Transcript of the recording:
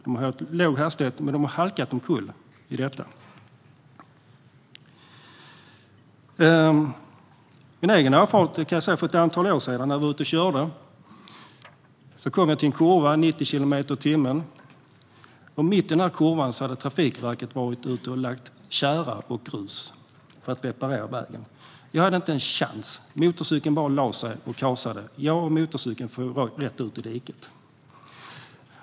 De har hållit låg hastighet, men de har halkat omkull. Jag kan berätta om min egen erfarenhet. För ett antal år sedan när jag var ute och körde kom jag till en kurva. Hastigheten var 90 kilometer i timmen. Mitt i kurvan hade Trafikverket varit ute och lagt tjära och grus för att reparera vägen. Jag hade inte en chans. Motorcykeln bara lade sig och kasade. Jag och motorcykeln for rätt ut i diket.